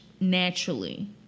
naturally